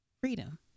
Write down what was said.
freedom